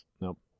Nope